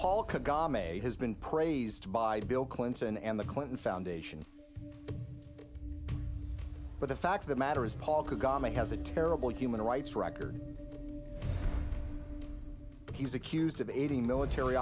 a has been praised by bill clinton and the clinton foundation but the fact of the matter is paul kagame has a terrible human rights record he's accused of aiding military